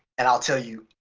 and i'll tell you,